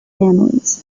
families